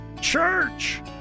church